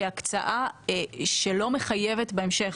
כהקצאה שלא מחייבת בהמשך.